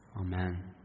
Amen